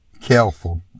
careful